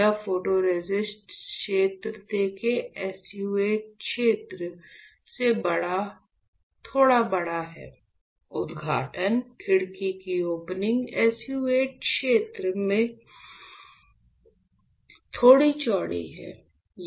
यह फोटोरेसिस्ट क्षेत्र देखें SU 8 क्षेत्र से थोड़ा बड़ा है उद्घाटन खिड़की की ओपनिंग SU 8 क्षेत्र से थोड़ी चौड़ी है